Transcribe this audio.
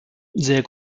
sehr